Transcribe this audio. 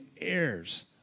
heirs